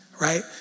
Right